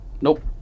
Nope